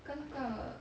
跟那个